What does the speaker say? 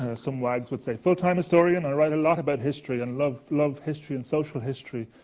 some wags would say full-time historian. i write a lot about history, and love love history and social history.